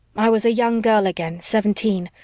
i was a young girl again, seventeen,